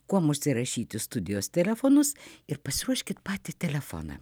kuom užsirašyti studijos telefonus ir pasiruoškit patį telefoną